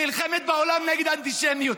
נלחמת בעולם נגד אנטישמיות,